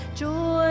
joy